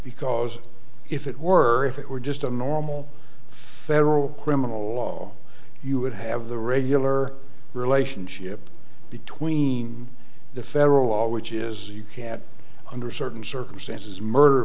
because if it were if it were just a normal federal criminal law you would have the regular relationship between the federal law which is you can under certain circumstances murder